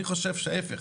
אני חושב שההיפך,